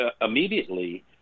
immediately